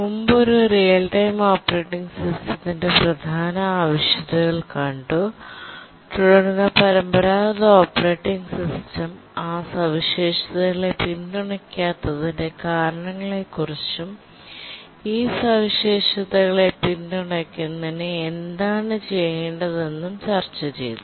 മുമ്പ് ഒരു real time operating സിസ്റ്റത്തിന്റെ പ്രധാന ആവശ്യകതകൾ കണ്ടു തുടർന്ന് പരമ്പരാഗത ഓപ്പറേറ്റിംഗ് സിസ്റ്റങ്ങൾ ആ സവിശേഷതകളെ പിന്തുണയ്ക്കാത്തതിന്റെ കാരണങ്ങളെക്കുറിച്ചും ഈ സവിശേഷതകളെ പിന്തുണയ്ക്കുന്നതിന് എന്താണ് ചെയ്യേണ്ടതെന്നും ചർച്ചചെയ്തു